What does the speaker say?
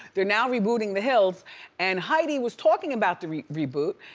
they're now rebooting the hills and heidi was talking about the reboot.